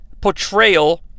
portrayal